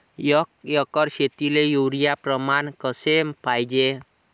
एक एकर शेतीले युरिया प्रमान कसे पाहिजे?